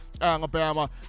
Alabama